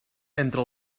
entre